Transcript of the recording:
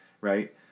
Right